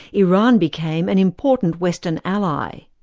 iran became an important western ally.